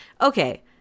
Okay